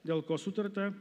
dėl ko sutarta